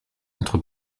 entre